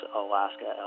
alaska